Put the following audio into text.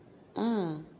ah